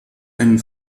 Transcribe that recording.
einen